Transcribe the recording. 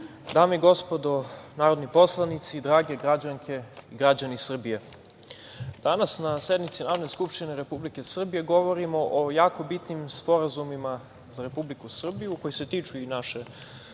dame i gospodo narodni poslanici, drage građanke i građani Srbije, danas na sednici Narodne skupštine Republike Srbije govorimo o jako bitnim sporazumima za Republiku Srbiju koji se tiču i naše